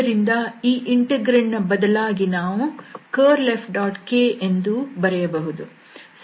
ಆದ್ದರಿಂದ ಈ ಇಂಟೆಗ್ರಾಂಡ್ ನ ಬದಲಾಗಿ ನಾವು curlFk ಎಂದೂ ಬರೆಯಬಹುದು